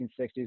1960s